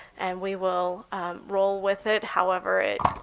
and we will roll with it however it